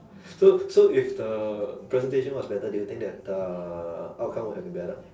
so so if the presentation was better do you think that the outcome would have been better